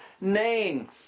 name